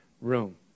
room